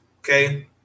okay